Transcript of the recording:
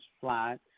flat